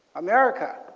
america.